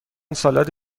سالاد